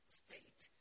state